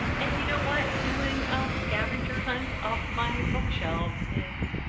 and you know what, doing a scavenger hunt of my bookshelves is